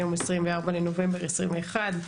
היום 24 בנובמבר 2021,